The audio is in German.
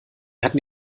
hatten